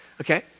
okay